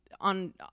on